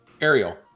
ariel